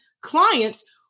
clients